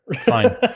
fine